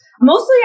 Mostly